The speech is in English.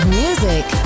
music